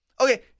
Okay